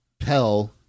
Pell